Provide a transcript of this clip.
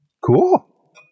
Cool